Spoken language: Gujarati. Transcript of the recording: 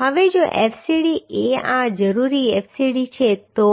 હવે જો fcd એ આ જરૂરી fcd છે તો